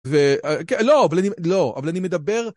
וכן..לא..לא.. אבל אני מדבר.